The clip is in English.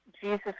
Jesus